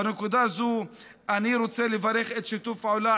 בנקודה זו אני רוצה לברך את שיתוף הפעולה